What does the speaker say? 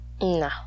No